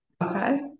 okay